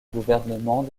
gouvernement